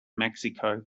mexico